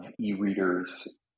e-readers